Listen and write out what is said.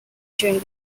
during